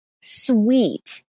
sweet